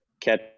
catch